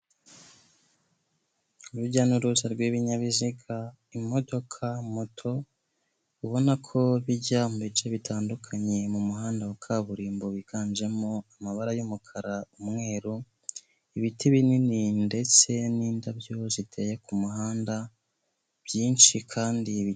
Urujya n'uruza rw'ibinyabiziga imodoka, moto ubona ko bijya mu bice bitandukanye mu muhanda wa kaburimbo, wiganjemo amabara y'umukara, umwerurum ibiti binini ndetse n'indabyo ziteye ku muhanda byinshi kandi birebire.